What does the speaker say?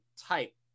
type